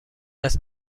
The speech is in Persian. است